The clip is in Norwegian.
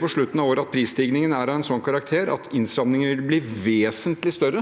på slutten av året så vi at prisstigningen var av en slik karakter at innstrammingene ville blitt vesentlig større